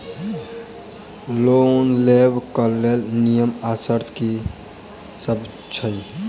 Loan लेबऽ कऽ लेल नियम आ शर्त की सब छई?